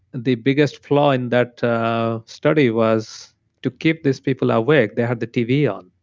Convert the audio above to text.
the biggest flaw in that study was to keep these people awake, they had the tv on.